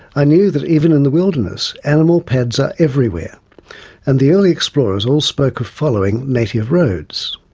i knew that even in the wilderness, animal pads are everywhere and the early explorers all spoke of following native roads.